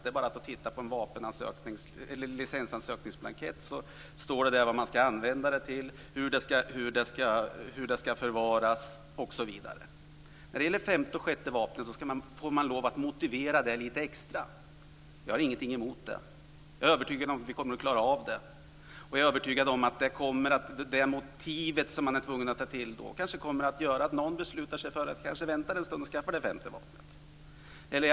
Det är bara att titta på en licensansökningsblankett. Där står det vad man ska använda vapnet till, hur det ska förvaras osv. Man ska motivera det femte och sjätte vapnet lite extra. Jag har ingenting emot det. Jag är övertygad om att vi kommer att klara av det. Att man är tvungen att ta till ett motiv kanske kommer att göra att någon beslutar sig för att vänta lite med att skaffa det femte vapnet.